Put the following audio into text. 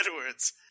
Edwards